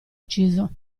ucciso